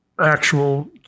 actual